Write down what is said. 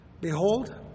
Behold